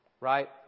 Right